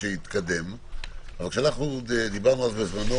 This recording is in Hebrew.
עדיין זה לא מסביר את העובדה שבמקומות